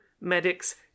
medics